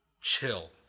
Chill